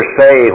say